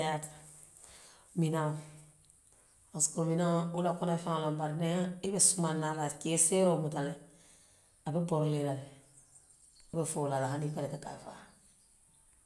Wo lemu a ti, minaŋo pariseki minaŋo wula kono feŋo le mu a be i seeroo muta le i se a je a be boori la, i foo la a la hani ila fitaka a faa.